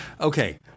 okay